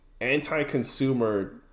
anti-consumer